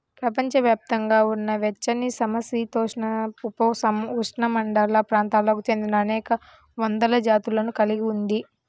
ప్రపంచవ్యాప్తంగా ఉన్న వెచ్చనిసమశీతోష్ణ, ఉపఉష్ణమండల ప్రాంతాలకు చెందినఅనేక వందల జాతులను కలిగి ఉంది